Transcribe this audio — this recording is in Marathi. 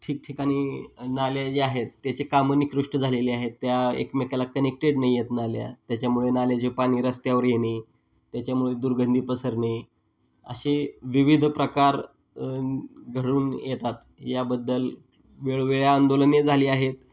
ठिकठिकाणी नाले जे आहेत त्याचे कामं निकृष्ट झालेले आहेत त्या एकमेकाला कनेक्टेड नी आहेत नाल्या त्याच्यामुळे नाल्याचे पाणी रस्त्यावर येणे त्याच्यामुळे दुर्गंधी पसरणे असे विविध प्रकार घडून येतात याबद्दल वेळोवेळी आंदोलने झाली आहेत